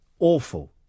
awful